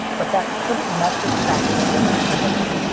but that shouldn't mess with tracking or image stability.